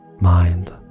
mind